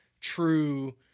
true